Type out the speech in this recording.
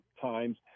times